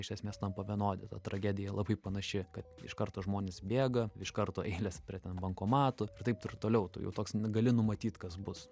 iš esmės tampa vienodi ta tragedija labai panaši kad iš karto žmonės bėga iš karto eilės prie bankomatų ir taip ir toliau tu jau toks gali numatyt kas bus